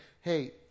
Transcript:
hey